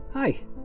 Hi